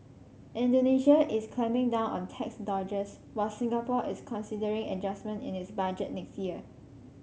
Indonesia is clamping down on tax dodgers while Singapore is considering adjustment in its budget next year